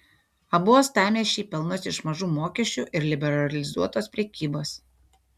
abu uostamiesčiai pelnosi iš mažų mokesčių ir liberalizuotos prekybos